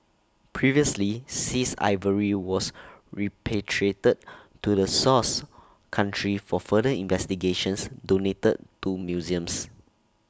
previously seized ivory was repatriated to the source country for further investigations donated to museums